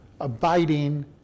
abiding